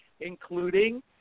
including